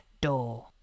door